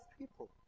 people